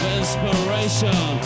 inspiration